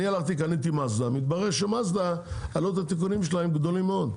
אני הלכתי וקניתי מאזדה ומתברר שעלות התיקונים של מאזדה הם גדולים מאוד.